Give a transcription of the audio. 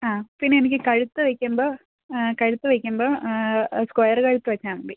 ആ പിന്നെ എനിക്ക് കഴുത്ത് വയ്ക്കുമ്പോൾ കഴുത്ത് വയ്ക്കുമ്പോൾ സ്ക്വയറ് കഴുത്ത് വെച്ചാൽ മതി